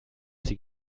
sie